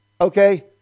Okay